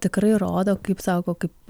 tikrai rodo kaip sako kaip